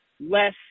less